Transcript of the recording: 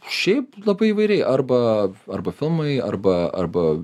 šiaip labai įvairiai arba arba filmai arba arba